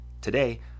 Today